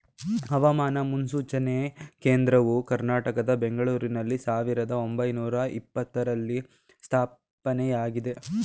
ಹವಾಮಾನ ಮುನ್ಸೂಚನೆ ಕೇಂದ್ರವು ಕರ್ನಾಟಕದ ಬೆಂಗಳೂರಿನಲ್ಲಿ ಸಾವಿರದ ಒಂಬೈನೂರ ಎಪತ್ತರರಲ್ಲಿ ಸ್ಥಾಪನೆಯಾಗಿದೆ